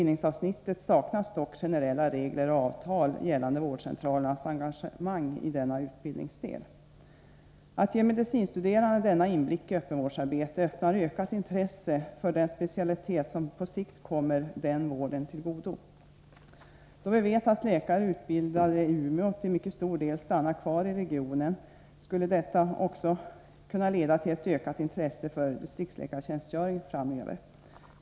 Det saknas dock generella regler och avtal gällande vårdcentralernas engagemang i denna utbildningsdel. Att de medicine studerande ges denna inblick i öppenvårdsarbete väcker intresse för den specialitet som på sikt kommer öppenvården till godo. Då vi vet att läkare utbildade i Umeå till mycket stor del stannar kvar i regionen, skulle detta också kunna leda till ett ökat intresse för distriktsläkartjänstgöring framöver.